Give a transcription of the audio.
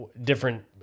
different